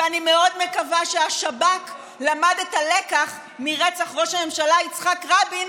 ואני מאוד מקווה שהשב"כ למד את הלקח מרצח ראש הממשלה יצחק רבין,